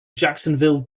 jacksonville